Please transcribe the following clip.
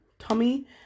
Tommy